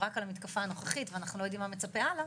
רק על המתקפה הנוכחית ואנחנו לא יודעים מה מצפה הלאה,